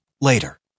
Later